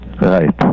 Right